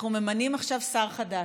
אנחנו ממנים עכשיו שר חדש,